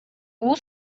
бул